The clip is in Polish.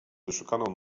wyszukaną